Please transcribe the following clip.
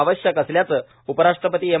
आवश्यक असल्याचं उपराष्ट्रपती एम